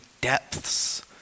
depths